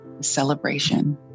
Celebration